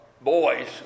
Boys